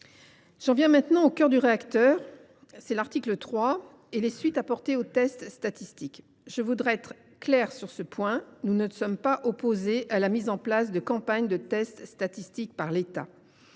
J’en viens maintenant au cœur du réacteur, à savoir l’article 3, qui a trait aux suites apportées aux tests statistiques. Je voudrais être très claire sur ce point : nous ne sommes pas opposés à la mise en place de campagnes de tests statistiques par l’État.